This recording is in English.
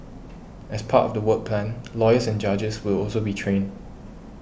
as part of the work plan lawyers and judges will also be trained